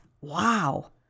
wow